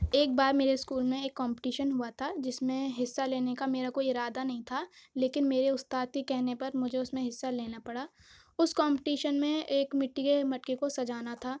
ایک بار میرے اسکول میں ایک کمپٹیشن ہوا تھا جس میں حصہ لینے کا میرا کوئی ارادہ نہیں تھا لیکن میرے استاد کے کہنے پر مجھے اس میں حصہ لینا پڑا اس کمپٹیشن میں ایک مٹی کے مٹکے کو سجانا تھا